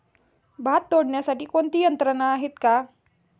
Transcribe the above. भात तोडण्यासाठी कोणती यंत्रणा आहेत का?